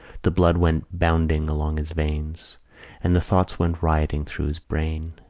the blood went bounding along his veins and the thoughts went rioting through his brain,